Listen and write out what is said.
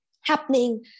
happening